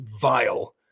vile